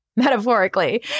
metaphorically